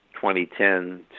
2010